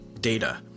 data